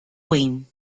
queen